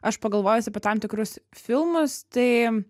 aš pagalvojus apie tam tikrus filmus tai